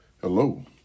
Hello